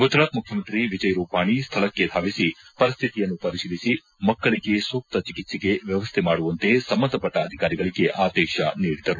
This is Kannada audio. ಗುಜರಾತ್ ಮುಖ್ಯಮಂತ್ರಿ ವಿಜಯ್ ರೂಪಾಣಿ ಸ್ವಳಕ್ಷೆ ಧಾವಿಸಿ ಪರಿಸ್ಟಿತಿಯನ್ನು ಪರಿಶೀಲಿಸಿ ಮಕ್ಕಳಿಗೆ ಸೂಕ್ತ ಚಿಕಿತ್ಸೆಗೆ ವ್ಯವಸ್ಥೆ ಮಾಡುವಂತೆ ಸಂಬಂಧಪಟ್ಟ ಅಧಿಕಾರಿಗಳಿಗೆ ಆದೇಶ ನೀಡಿದರು